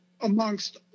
amongst